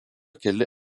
keli